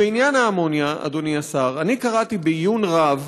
בעניין האמוניה, אדוני השר, אני קראתי בעיון רב